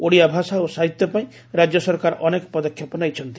ଓଡ଼ିଆ ଭାଷା ଓ ସାହିତ୍ୟ ପାଇଁ ରାଜ୍ୟ ସରକାର ଅନେକ ପଦକ୍ଷେପ ନେଇଛନ୍ତି